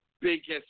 biggest